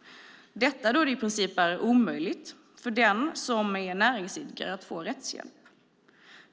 - detta då det i princip är omöjligt för den som är näringsidkare att få rättshjälp.